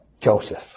Joseph